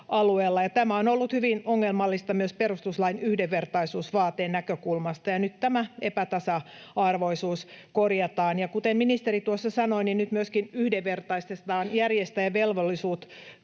Tämä on ollut hyvin ongelmallista myös perustuslain yhdenvertaisuusvaateen näkökulmasta, ja nyt tämä epätasa-arvoisuus korjataan. Kuten ministeri tuossa sanoi, nyt myöskin yhdenvertaistetaan järjestäjän velvollisuudet